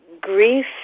Grief